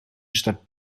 statt